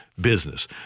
business